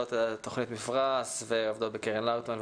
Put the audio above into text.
מנהלות תכנית "מפרש" ועובדות בקרן לאוטמן.